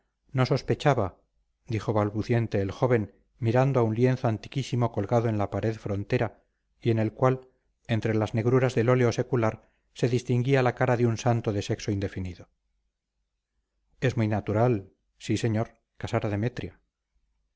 no sospechaba dijo balbuciente el joven mirando a un lienzo antiquísimo colgado en la pared frontera y en el cual entre las negruras del óleo secular se distinguía la cara de un santo de sexo indefinido es muy natural sí señor casar a demetria